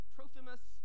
Trophimus